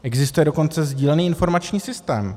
Existuje dokonce sdílený informační systém.